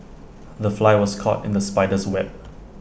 the fly was caught in the spider's web